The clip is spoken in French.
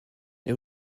les